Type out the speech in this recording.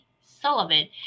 Sullivan